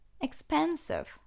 Expensive